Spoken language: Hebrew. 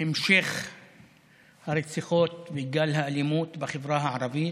המשך הרציחות וגל האלימות בחברה הערבית.